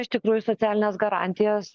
iš tikrųjų socialines garantijas